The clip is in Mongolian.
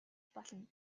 болно